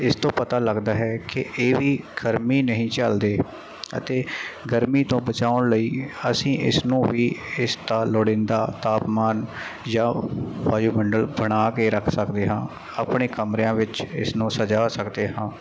ਇਸ ਤੋਂ ਪਤਾ ਲੱਗਦਾ ਹੈ ਕਿ ਇਹ ਵੀ ਗਰਮੀ ਨਹੀਂ ਝੱਲਦੇ ਅਤੇ ਗਰਮੀ ਤੋਂ ਬਚਾਉਣ ਲਈ ਅਸੀਂ ਇਸ ਨੂੰ ਵੀ ਇਸ ਦਾ ਲੋੜੀਂਦਾ ਤਾਪਮਾਨ ਜਾਂ ਵਾਯੂਮੰਡਲ ਬਣਾ ਕੇ ਰੱਖ ਸਕਦੇ ਹਾਂ ਆਪਣੇ ਕਮਰਿਆਂ ਵਿੱਚ ਇਸ ਨੂੰ ਸਜਾ ਸਕਦੇ ਹਾਂ